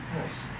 Nice